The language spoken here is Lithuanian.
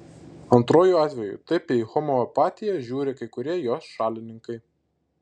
antruoju atveju taip į homeopatiją žiūri kai kurie jos šalininkai